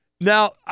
Now